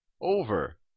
over